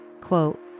Quote